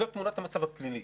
זו תמונת המצב הפלילית,